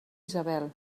isabel